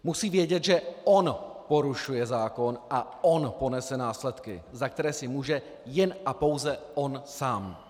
Musí vědět, že on porušuje zákon a on ponese následky, za které si může jen a pouze on sám.